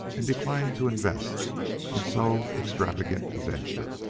and declined to invest in so extravagant a venture.